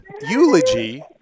eulogy